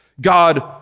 God